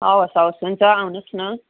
हवस् हवस् हुन्छ आउनुहोस् न